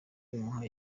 bimuha